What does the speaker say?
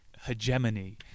hegemony